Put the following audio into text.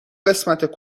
قسمت